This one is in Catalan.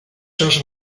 seus